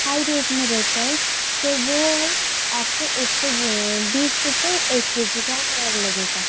high rate में रहता है तो वो आपको एक सौ बीस रुपये का एक के जी का और लगेगा